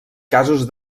casos